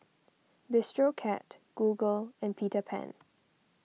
Bistro Cat Google and Peter Pan